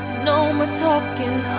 no more talking